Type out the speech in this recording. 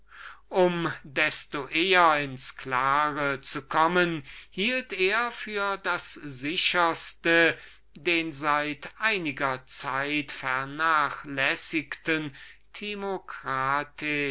er desto bälder ins klare kommen möchte hielt er für das sicherste den seit einiger zeit vernachlässigten